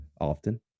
often